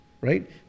right